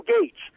Gates